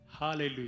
Hallelujah